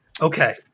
Okay